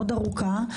מאוד ארוכה.